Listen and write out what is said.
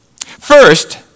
First